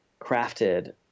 crafted